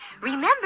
Remember